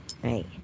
Right